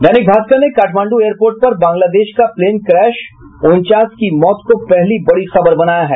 दैनिक भास्कर ने काठमांडू एयरपोर्ट पर बांग्लादेश का प्लेन क्रैश उनचास की मौत को पहली बड़ी खबर बनाया है